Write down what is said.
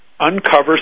uncover